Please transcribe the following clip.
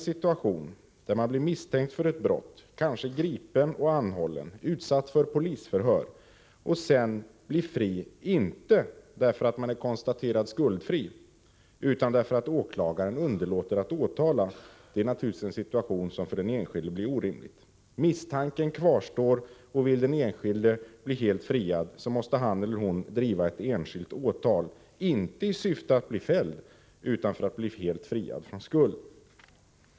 Att bli misstänkt för ett brott — kanske gripen och anhållen och utsatt för polisförhör — och sedan bli fri, inte därför att man är konstaterad skuldfri utan därför att åklagaren underlåter att åtala, är naturligtvis en situation som för den enskilde blir orimlig. Misstanken kvarstår, och vill den enskilde bli helt friad måste han eller hon driva ett enskilt åtal, inte i syfte att bli fälld utan för att bli helt friad från skuld.